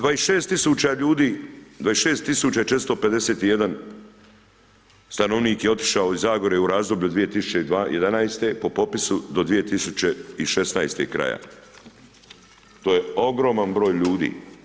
26 000 ljudi, 26 451 stanovnik je otišao iz zagore u razdoblju od 2011. po popisu do 2016. kraja, to je ogroman broj ljudi.